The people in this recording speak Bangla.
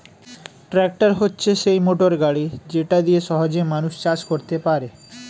ট্র্যাক্টর হচ্ছে সেই মোটর গাড়ি যেটা দিয়ে সহজে মানুষ চাষ করতে পারে